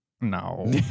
No